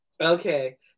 okay